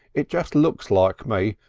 it just looks like me.